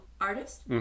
Artist